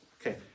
Okay